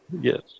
Yes